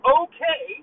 okay